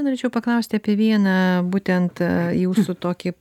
norėčiau paklausti apie vieną būtent jūsų tokį